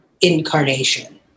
incarnation